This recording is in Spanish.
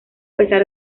pesar